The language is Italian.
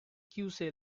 chiuse